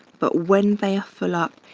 but when they are fill up,